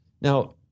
Now